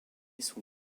son